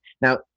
Now